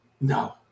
No